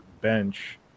bench